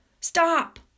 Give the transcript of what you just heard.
Stop